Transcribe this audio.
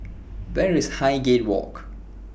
Where IS Highgate Walk